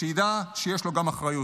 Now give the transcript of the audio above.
שידע שיש לו גם אחריות.